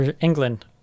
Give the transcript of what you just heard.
England